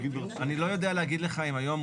אני לא יודע להגיד לך אם היום,